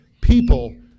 people